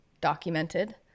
documented